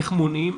איך מונעים,